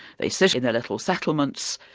they sit in their little settlements,